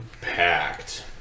packed